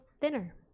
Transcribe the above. thinner